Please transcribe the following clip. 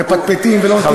מפטפטים ולא נותנים,